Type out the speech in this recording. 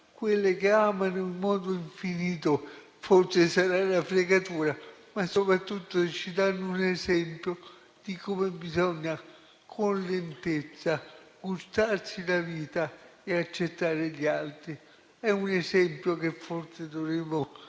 quelle che amano in modo infinito; forse sarà una fregatura, ma soprattutto ci danno un esempio di come bisogna, con lentezza, gustarsi la vita e accettare gli altri. È un esempio su cui forse dovremmo